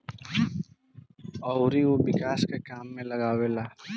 अउरी उ विकास के काम में लगावेले